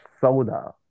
soda